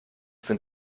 sind